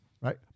Right